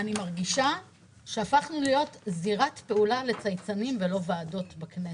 אני מרגישה שהפכנו להיות זירת פעולה לצייצנים ולא ועדות בכנסת.